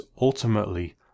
ultimately